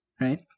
right